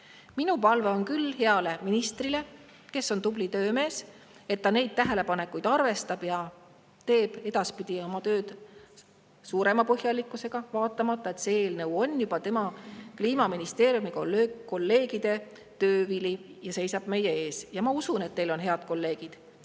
Minu palve on küll heale ministrile, kes on tubli töömees, et ta neid tähelepanekuid arvestaks ja teeks edaspidi oma tööd suurema põhjalikkusega, vaatamata sellele, et see eelnõu on tema Kliimaministeeriumi kolleegide töö vili ja seisab meie ees. Ma usun, et teil on head kolleegid,